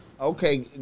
Okay